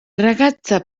ragazza